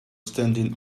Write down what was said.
standing